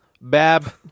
Bab